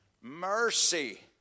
mercy